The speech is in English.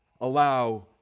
allow